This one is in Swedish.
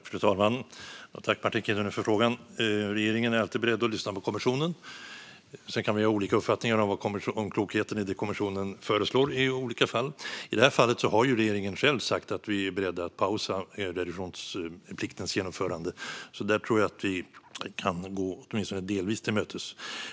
Fru talman! Tack, Martin Kinnunen, för frågan! Regeringen är alltid beredd att lyssna på kommissionen. Sedan kan vi ha olika uppfattningar om klokheten i det kommissionen föreslår i olika fall. I det här fallet har regeringen själv sagt att vi är beredda att pausa reduktionspliktens genomförande, så där tror jag att vi kan gå kommissionen åtminstone delvis till mötes.